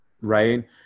right